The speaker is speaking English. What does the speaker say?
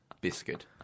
Biscuit